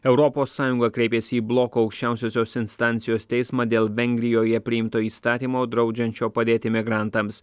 europos sąjunga kreipėsi į bloko aukščiausiosios instancijos teismą dėl vengrijoje priimto įstatymo draudžiančio padėti migrantams